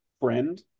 friend